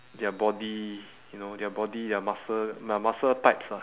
their body you know their body their muscle mu~ muscle types ah